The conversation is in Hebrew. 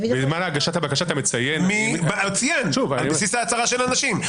בזמן הגשת הבקשה אתה מציין --- הוא ציין על בסיס ההצהרה של האנשים.